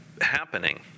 happening